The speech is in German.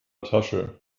tasche